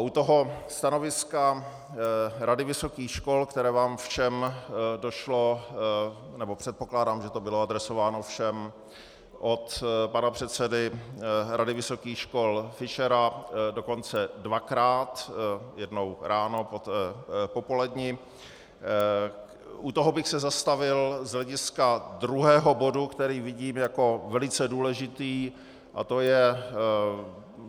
U stanoviska Rady vysokých škol které vám všem došlo, nebo předpokládám, že to bylo adresováno všem, od pana předsedy Rady vysokých škol Fischera, dokonce dvakrát, jednou ráno, jednou po poledni u toho bych se zastavil z hlediska druhého bodu, který vidím jako velice důležitý, a to je